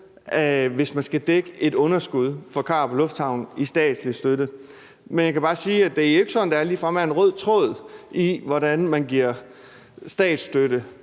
hvis man skal dække et underskud for Karup Lufthavn med statslig støtte. Men jeg kan bare sige, at det jo ikke er sådan, at der ligefrem er en rød tråd i, hvordan man giver statsstøtte